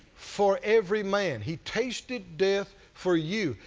for every man. he tasted death for you.